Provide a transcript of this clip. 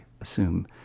assume